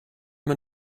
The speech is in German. man